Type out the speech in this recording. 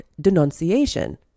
denunciation